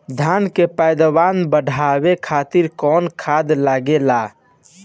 धान के पैदावार बढ़ावे खातिर कौन खाद लागेला?